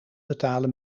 betalen